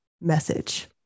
message